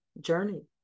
journey